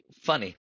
funny